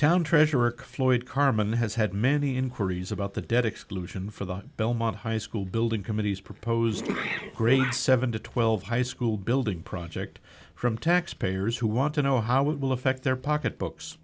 town treasurer floyd carmen has had many inquiries about the debt exclusion for the belmont high school building committee's proposed grade seven to twelve high school building project from taxpayers who want to know how it will affect their pocketbooks